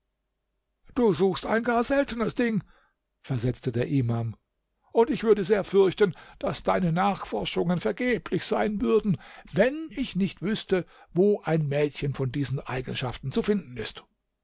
du suchst ein gar seltenes ding versetzte der imam und ich würde sehr fürchten daß deine nachforschungen vergeblich sein würden wenn ich nicht wüßte wo ein mädchen von diesen eigenschaften zu finden ist